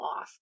off